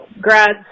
grads